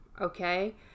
Okay